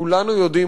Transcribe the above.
כולנו יודעים,